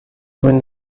when